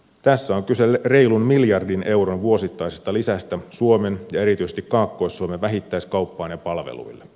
tässä on kyse reilun miljardin euron vuosittaisesta lisästä suomen ja erityisesti kaakkois suomen vähittäiskauppaan ja palveluille